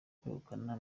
kwegukana